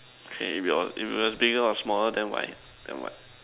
okay if your if is bigger or smaller then why then what